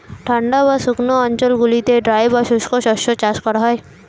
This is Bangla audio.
ঠান্ডা বা শুকনো অঞ্চলগুলিতে ড্রাই বা শুষ্ক শস্য চাষ করা হয়